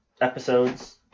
episode's